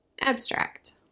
Abstract